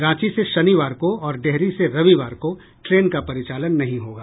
रांची से शनिवार को और डेहरी से रविवार को ट्रेन का परिचालन नहीं होगा